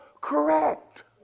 correct